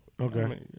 Okay